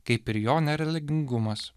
kaip ir jo nereligingumas